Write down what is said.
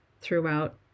throughout